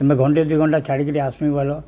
ତମେ ଘଣ୍ଟେ ଦୁଇ ଘଣ୍ଟା ଛାଡ଼ିକିରି ଆସ୍ମି ବୋଇଲ